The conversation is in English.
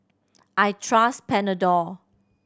I trust Panadol